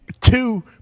two